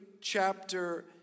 chapter